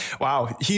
wow